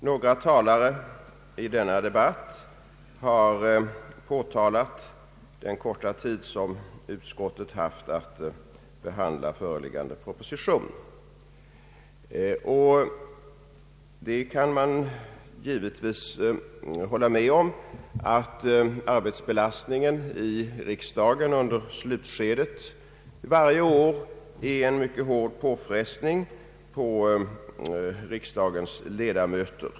Några talare i denna debatt har påtalat den korta tid som utskottet haft att behandla föreliggande proposition, och jag kan givetvis hålla med om att arbetsbelastningen i riksdagen under slutskedet varje år innebär en mycket hård påfrestning på riksdagens ledamöter.